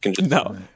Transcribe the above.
No